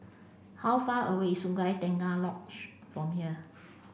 how far away Sungei Tengah Lodge from here